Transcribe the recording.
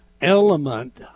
element